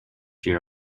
year